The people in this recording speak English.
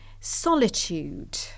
solitude